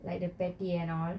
like the patty and all